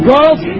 Girls